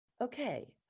Okay